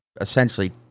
essentially